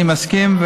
אני מסכים,